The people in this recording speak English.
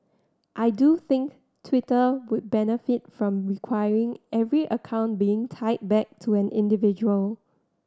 I do think Twitter would benefit from requiring every account being tied back to an individual